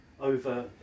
over